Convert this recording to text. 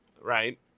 right